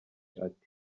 ati